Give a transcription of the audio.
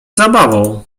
zabawą